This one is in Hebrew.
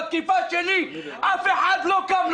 בתקיפה שלי אף אחד לא קם,